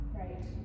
right